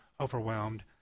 overwhelmed